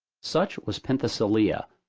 such was penthesilea,